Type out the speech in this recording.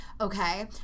okay